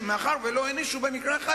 שמאחר שלא הענישו במקרה אחד,